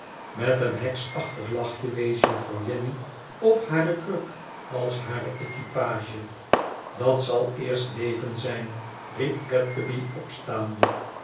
met een heksachtig lachje wees juffrouw jenny op hare kruk als hare equipage tdat zal eerst leven zijn riep fledgeby opstaande